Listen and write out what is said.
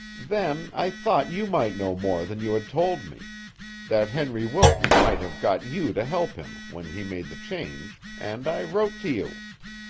then i thought you might know more than you had told me that henry wilton might have got you to help him when he made the change, and i wrote to you.